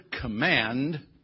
command